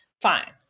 Fine